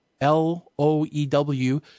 L-O-E-W